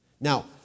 Now